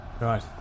Right